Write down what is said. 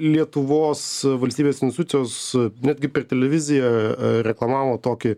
lietuvos valstybės institucijos netgi per televiziją reklamavo tokį